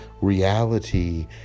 reality